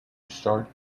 start